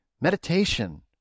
meditation